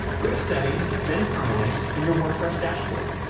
go to settings, then permalinks in your wordpress dashboard.